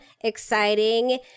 exciting